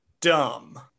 dumb